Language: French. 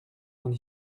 vingt